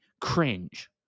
cringe